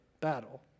battle